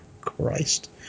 Christ